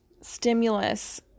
stimulus